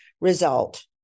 result